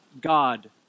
God